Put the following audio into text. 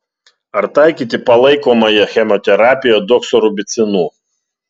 ar taikyti palaikomąją chemoterapiją doksorubicinu